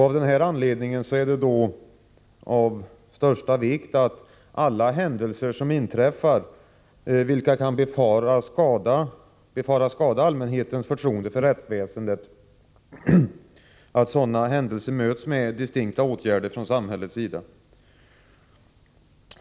Av denna anledning är det av största vikt att alla händelser som inträffar vilka kan befaras skada allmänhetens förtroende för rättsväsendet möts med distinkta åtgärder från samhällets sida.